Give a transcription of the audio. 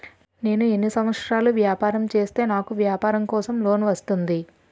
నేను ఎన్ని సంవత్సరాలు వ్యాపారం చేస్తే నాకు వ్యాపారం కోసం లోన్ వస్తుంది?